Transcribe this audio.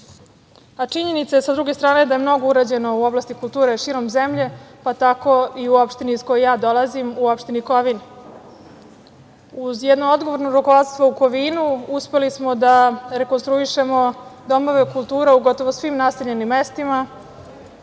ostrvima. Činjenica je, sa druge strane, da je mnogo urađeno u oblasti kulture širom zemlje, pa tako i u opštini iz koje ja dolazim, u opštini Kovin. Uz jedno odgovorno rukovodstvo u Kovinu uspeli smo da rekonstruišemo domove kulture u gotovo svim naseljenim mestima.